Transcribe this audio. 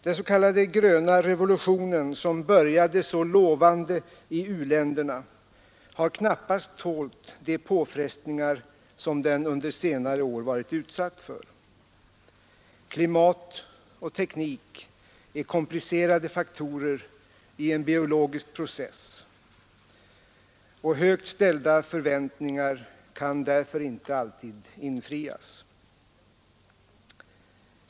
Den s.k. gröna revolutionen, som började så lovande i u-länderna, har knappast tålt de påfrestningar den under senare år varit utsatt för. Klimat och teknik är komplicerade faktorer i en biologisk process, och högt ställda förväntningar kan därför inte alltid infrias.